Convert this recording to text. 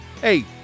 hey